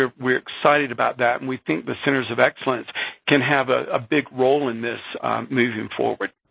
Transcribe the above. ah we're excited about that, and we think the centers of excellence can have a ah big role in this moving forward.